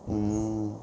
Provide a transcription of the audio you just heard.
mm